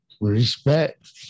Respect